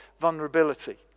vulnerability